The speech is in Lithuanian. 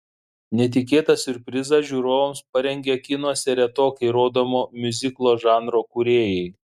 netikėtą siurprizą žiūrovams parengė kinuose retokai rodomo miuziklo žanro kūrėjai